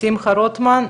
שמחה רוטמן,